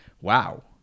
wow